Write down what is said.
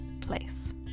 place